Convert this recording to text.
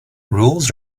rules